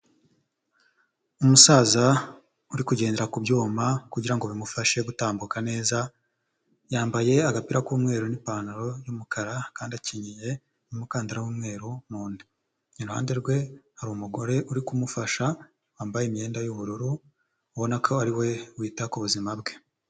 Umusaza uri kugendera ku byuma kugira ngo bimufashe gutambuka neza, yambaye agapira k'umweru n'ipantaro y'umukara kandi akenyeye n'umukandara w'umweru mu nda. Iruhande rwe hari umugore uri kumufasha, wambaye imyenda y'ubururu, ubona ko ari we wita ku buzima bwe.